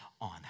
on